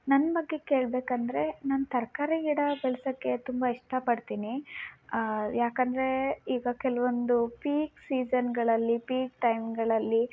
ನನ್ನ ಬಗ್ಗೆ ಕೇಳಬೇಕಂದ್ರೆ ನಾನು ತರಕಾರಿ ಗಿಡ ಬೆಳ್ಸೋಕ್ಕೆ ತುಂಬ ಇಷ್ಟಪಡ್ತೀನಿ ಯಾಕೆಂದರೆ ಈಗ ಕೆಲವೊಂದು ಪೀಕ್ ಸೀಸನ್ಗಳಲ್ಲಿ ಪೀಕ್ ಟೈಮ್ಗಳಲ್ಲಿ